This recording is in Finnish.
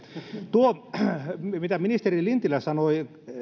tuo mitä ministeri lintilä sanoi